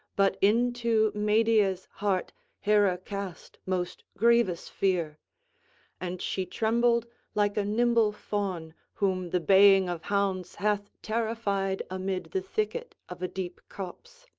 but into medea's heart hera cast most grievous fear and she trembled like a nimble fawn whom the baying of hounds hath terrified amid the thicket of a deep copse.